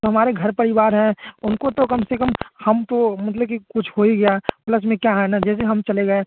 तो हमारे घर परिवार है उनको तो कम से कम हम तो मतलब कि कुछ हो ही गया प्लस में क्या हाँ ना जैसे हम चले गए